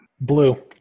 blue